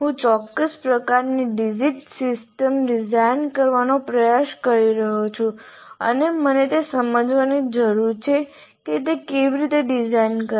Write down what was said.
હું ચોક્કસ પ્રકારની ડિજિટલ સિસ્ટમ્સ ડિઝાઇન કરવાનો પ્રયાસ કરી રહ્યો છું અને મને તે સમજવાની જરૂર છે કે તે કેવી રીતે ડિઝાઇન કરવી